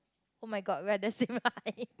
[oh]-my-god we are the same height